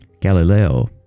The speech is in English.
Galileo